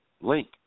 link